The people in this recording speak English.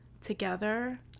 together